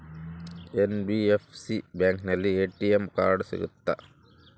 NBFC ಬ್ಯಾಂಕಿನಲ್ಲಿ ATM card ಸಿಗುತ್ತಾ?